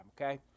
okay